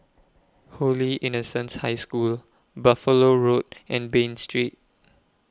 Holy Innocents' High School Buffalo Road and Bain Street